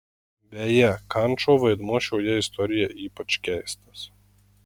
beje kančo vaidmuo šioje istorijoje ypač keistas